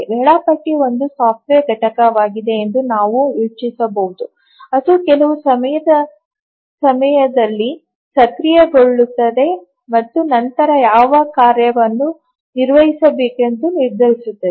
ವೇಳಾಪಟ್ಟಿ ಒಂದು ಸಾಫ್ಟ್ವೇರ್ ಘಟಕವಾಗಿದೆ ಎಂದು ನಾವು ಯೋಚಿಸಬಹುದು ಅದು ಕೆಲವು ಸಮಯದ ಸಮಯದಲ್ಲಿ ಸಕ್ರಿಯಗೊಳ್ಳುತ್ತದೆ ಮತ್ತು ನಂತರ ಯಾವ ಕಾರ್ಯವನ್ನು ನಿರ್ವಹಿಸಬೇಕೆಂದು ನಿರ್ಧರಿಸುತ್ತದೆ